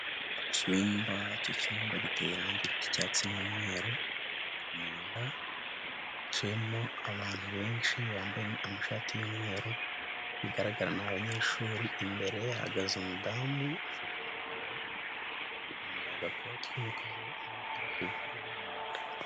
Icyumba cy'icyumba giteye irangi ry'icyatsi n'umweru, mu nda hicayemo abantu benshi bambaye amashati y'umweru, uko bigaragara ni abanyeshuri, imbere hahagaze umudamu ufashe mikoro yambaye agakoti k'umukara n'agapira k'ubururu mu nda.